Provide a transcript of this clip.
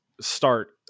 start